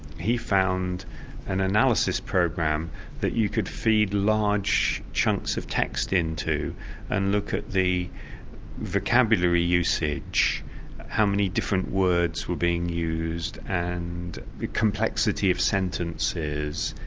he found an analysis program that you could feed large chunks of text into and look at the vocabulary usage how many different words were being used and the complexity of sentences,